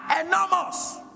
enormous